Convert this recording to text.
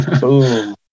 Boom